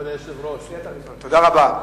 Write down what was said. תודה רבה.